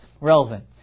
relevant